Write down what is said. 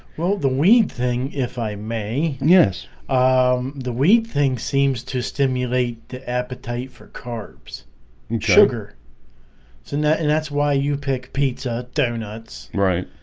well the weed thing if i may yes um the weed thing seems to stimulate the appetite for carbs and sugar so net and that's why you pick pizza doughnuts right?